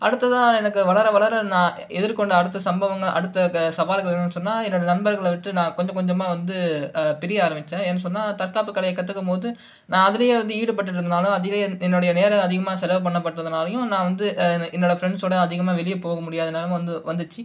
அடுத்ததாக எனக்கு வளர வளர நான் எதிர்கொண்ட அடுத்த சம்பவம் அடுத்த சவால்கள் என்னென்னு சொன்னால் என்னோட நண்பர்களை விட்டு நான் கொஞ்ச கொஞ்சமாக வந்து பிரிய ஆரமிச்சேன் ஏன்னு சொன்னா தற்காப்பு கலையை கற்றுக்கமோது நான் அதுலையே வந்து ஈடுபட்டுகிட்டு இருந்ததுனால அதுலையே என்னோடய நேரோம் அதிகமாக செலவு பண்ண பட்டதுனாலையும் நான் வந்து என்னோட ஃப்ரெண்ஸோட அதிகமாக வெளியே போக முடியாத நிலம வந்து வந்துச்சு